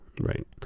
Right